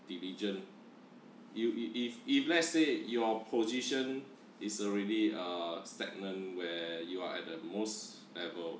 diligent you if if let's say your position is already uh stagnant where you are at the most level